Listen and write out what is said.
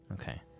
Okay